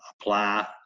apply